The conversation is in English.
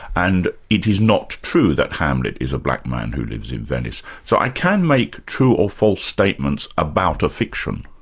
and it is not true that hamlet is a black man who lives in venice. so i can make true or false statements about a fiction.